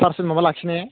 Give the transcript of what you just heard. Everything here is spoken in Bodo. पारसेल माबा लाखिनाया